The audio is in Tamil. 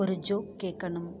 ஒரு ஜோக் கேட்கணும்